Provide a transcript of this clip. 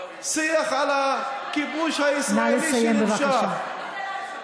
נא לסיים, בבקשה.